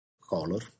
color